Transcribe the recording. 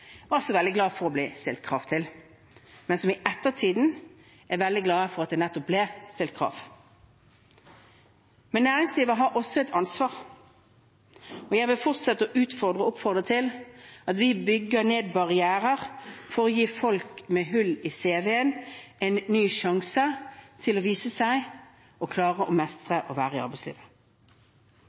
var så veldig glade for å bli stilt krav til, men som i ettertid er veldig glade for at det nettopp ble stilt krav. Men næringslivet har også et ansvar. Jeg vil fortsette å utfordre og oppfordre til at vi bygger ned barrierer for å gi folk med hull i CV-en en ny sjanse til å vise seg og mestre å være i arbeidslivet.